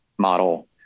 model